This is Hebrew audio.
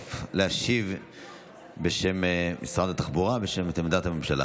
וסרלאוף להציג בשם משרד התחבורה את עמדת הממשלה